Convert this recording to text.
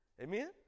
Amen